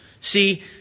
See